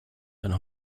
and